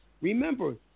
Remember